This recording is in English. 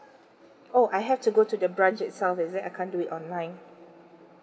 oh I have to go to the branch itself is it I can't do it online